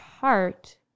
heart